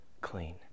clean